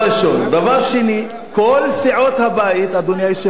דבר שני, אדוני היושב-ראש,